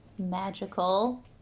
Magical